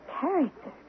character